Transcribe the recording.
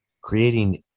Creating